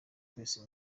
kwesa